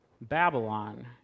Babylon